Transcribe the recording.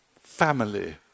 family